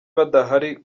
badahari